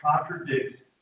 contradicts